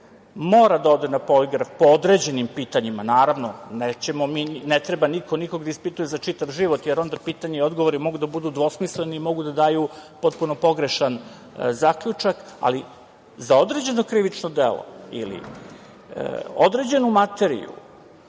mora da ode na poligraf po određenim pitanjima. Naravno, ne treba niko nikog da ispituje za čitav život, jer onda pitanja i odgovori mogu da budu dvosmisleni i mogu da daju potpuno pogrešan zaključak, ali za određeno krivično delo ili određenu materiju